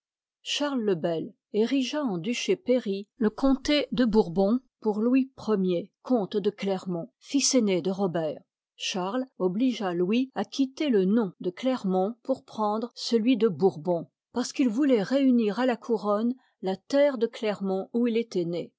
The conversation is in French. charles le bel érigea en duché pairie le comté de bourbon pour louis i comte de clermont fils aîné de robert charles obligea louis à quitter le nom de clermont pour prendre celui de bourbon parce qu'il i part vouloit réunir à la couronne la terre de liv l clermont où il étoit né